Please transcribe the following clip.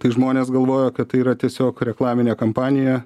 tai žmonės galvojo kad tai yra tiesiog reklaminė kampanija